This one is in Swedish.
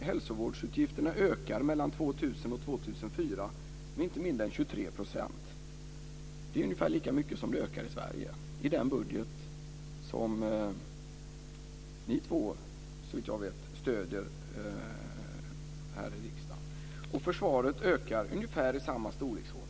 Hälsovårdsutgifterna ökar mellan år 2000 och år 2004 med inte mindre än 23 %. Det är ungefär lika mycket som de ökar i Sverige i den budget som ni två såvitt jag vet stöder här i riksdagen. Försvaret ökar i ungefär samma storleksordning.